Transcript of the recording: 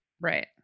Right